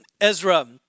Ezra